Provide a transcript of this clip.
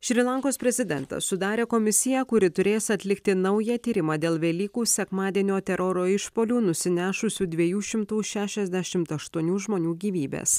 šri lankos prezidentas sudarė komisiją kuri turės atlikti naują tyrimą dėl velykų sekmadienio teroro išpuolių nusinešusių dviejų šimtų šešiasdešimt aštuonių žmonių gyvybes